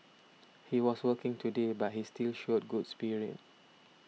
he was working today but he still showed good spirit